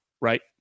right